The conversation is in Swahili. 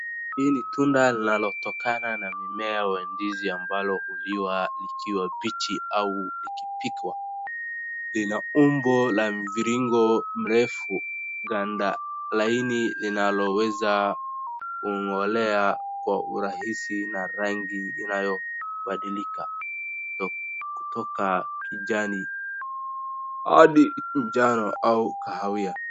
Hii ni tunda linalotokana na mimea wa nduzi ambalo huliwa likiwa bichi au likipikwa, lina umbo wa mviringo na refu ganda laini linaloweza kungolewa kwa urahisi na rangi inayo badilika kutoka kijani hadi njano au kahawia.